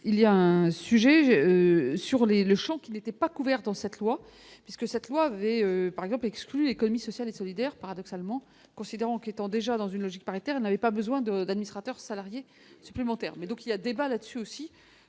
il y a un sujet. Sur les les champs qui n'étaient pas couverts dans cette loi, puisque cette loi avait, par exemple, économie sociale et solidaire, paradoxalement, considérant qu'étant déjà dans une logique paritaire n'avait pas besoin de d'administrateurs salariés supplémentaires mais donc il y a débat là-dessus aussi,